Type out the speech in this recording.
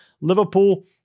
Liverpool